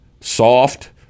soft